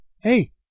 hey